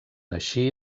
així